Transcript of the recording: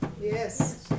Yes